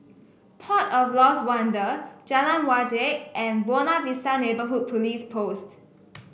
port of Lost Wonder Jalan Wajek and Buona Vista Neighbourhood Police Post